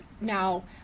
now